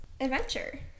adventure